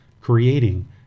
creating